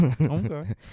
Okay